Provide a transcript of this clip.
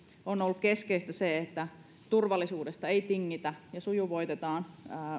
on ollut keskeistä se että turvallisuudesta ei tingitä ja sujuvoitetaan